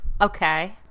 Okay